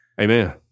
Amen